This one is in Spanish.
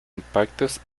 impactos